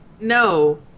no